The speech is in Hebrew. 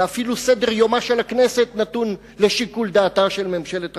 ואפילו סדר-יומה של הכנסת נתון לשיקול דעתה של ממשלת ארצות-הברית.